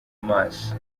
amaso